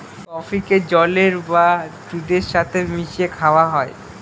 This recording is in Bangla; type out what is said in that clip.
কফিকে জলের বা দুধের সাথে মিশিয়ে খাওয়া হয়